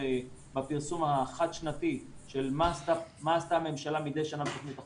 בפרסום החד-שנתי של מה עשתה הממשלה מדי שנה בתוכנית החומש,